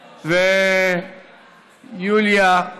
יוליה,